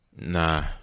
nah